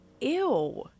ew